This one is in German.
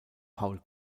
paul